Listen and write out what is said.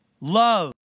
love